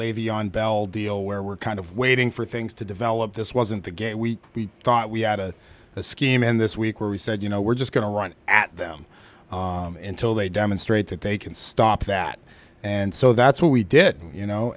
levy on bell deal where we're kind of waiting for things to develop this wasn't the game we thought we had a scheme in this week where we said you know we're just going to run at them until they demonstrate that they can stop that and so that's what we did you know